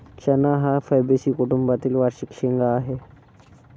चणा हा फैबेसी कुटुंबातील वार्षिक शेंगा आहे